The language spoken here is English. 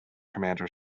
commander